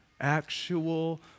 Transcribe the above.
actual